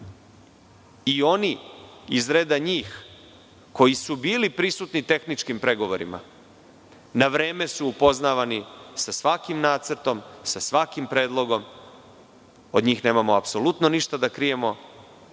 Oni, iz reda njih, koji su bili prisutni na tehničkim pregovorima na vreme su upoznavani sa svakim nacrtom, sa svakim predlogom. Od njih nemamo apsolutno ništa da krijemo.